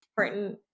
important